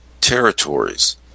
territories